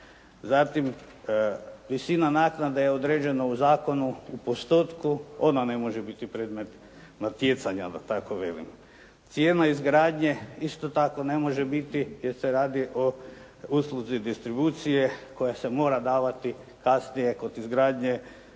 Zatim, visina naknade je određena u zakonu u postotku, ona ne može biti predmet natjecanja da tako velim, cijena izgradnje isto tako ne može biti, jer se radi o usluzi distribucije koja se mora davati kasnije kod izgradnje